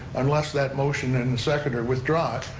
unless that motion and the second are withdrawn